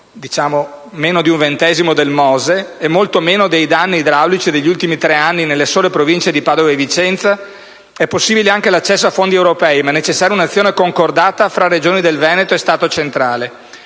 di euro - meno di un ventesimo del sistema Mose e molto meno dei danni idraulici degli ultimi tre anni nelle sole province di Padova e Vicenza - è possibile anche l'accesso ai fondi europei, ma è necessaria un'azione concordata fra la Regione Veneto e lo Stato.